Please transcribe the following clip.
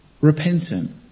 repentant